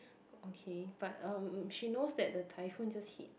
okay but um she knows that the typhoon just hit